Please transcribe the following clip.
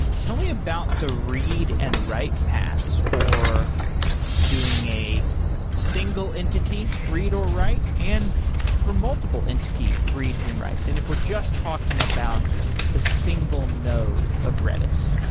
tell me about the read and write paths for doing a single entity read or write and for multiple entity reads and writes and if we're just talking about the single node of redis.